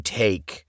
take